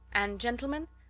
and, gentlemen,